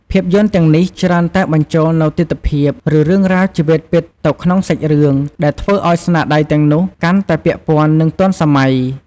ភាពយន្តទាំងនេះច្រើនតែបញ្ចូលនូវទិដ្ឋភាព ឬរឿងរ៉ាវជីវិតពិតទៅក្នុងសាច់រឿង ដែលធ្វើឲ្យស្នាដៃទាំងនោះកាន់តែពាក់ព័ន្ធ និងទាន់សម័យ។